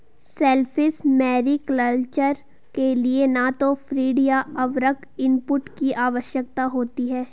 shellfish mariculture के लिए न तो फ़ीड या उर्वरक इनपुट की आवश्यकता होती है